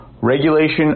Regulation